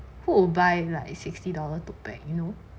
who would buy like sixty dollars tote bag you know